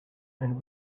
and